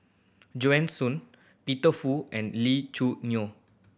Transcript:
Joanne Soo Peter Fu and Lee Choo Neo